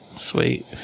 sweet